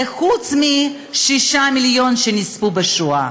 זה מלבד 6 מיליון שנספו בשואה.